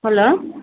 hello